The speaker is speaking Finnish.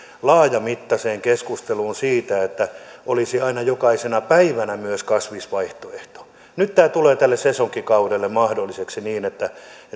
laajamittaiseen keskusteluun siitä olisiko aina jokaisena päivänä myös kasvisvaihtoehto nyt tämä tulee tälle sesonkikaudelle mahdolliseksi niin että